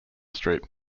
street